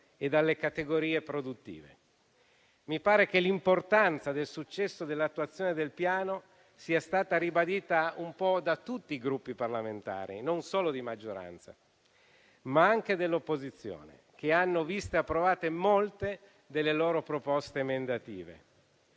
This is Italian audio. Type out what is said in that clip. e dalle categorie produttive. Mi sembra che l'importanza del successo dell'attuazione del Piano sia stata ribadita un po' da tutti i Gruppi parlamentari, non solo di maggioranza, ma anche di opposizione, che hanno visto approvate molte delle loro proposte emendative.